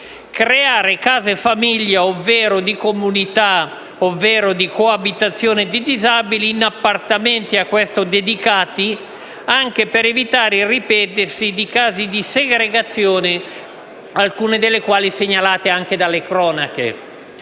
creare case famiglia, ovvero comunità, ovvero coabitazioni di disabili in appartamenti a ciò dedicati, anche per evitare il ripetersi di casi di segregazione, alcuni dei quali segnalati anche dalle cronache.